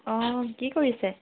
অ কি কৰিছে